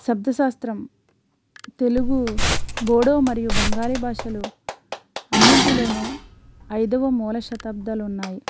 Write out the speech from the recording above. శబ్దశాస్త్రం తెలుగు బోడో మరియు బెంగాలీ భాషలు అన్నింటిలోనూ ఐదవ మూల శతాబ్దాలు ఉన్నాయి